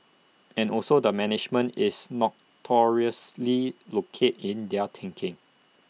and also the management is notoriously locate in their thinking